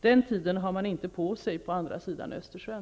Den tiden har man inte på sig på andra sidan Östersjön.